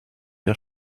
der